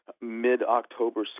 mid-October